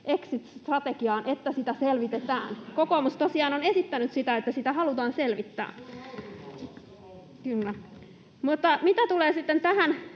exit-strategiaan, että sitä selvitetään. Kokoomus tosiaan on esittänyt, että sitä halutaan selvittää. [Antti Lindtman: Se on